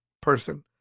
person